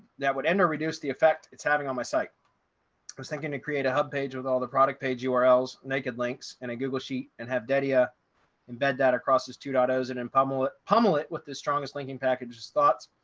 that would enter reduce the effect it's having on my site? i was thinking to create a hub page with all the product page yeah urls, naked links and a google sheet and have deadia embed that across his two daughters and in pummel, ah pummel it with the strongest linking packages thoughts?